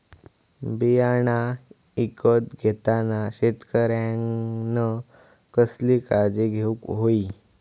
बियाणा ईकत घेताना शेतकऱ्यानं कसली काळजी घेऊक होई?